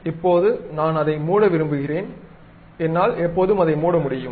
இப்போது நான் அதை மூட விரும்புகிறேன் நான் எப்போதும் அதை மூட முடியும்